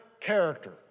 character